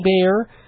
bear